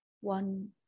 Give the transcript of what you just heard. One